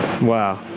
Wow